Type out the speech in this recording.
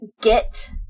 get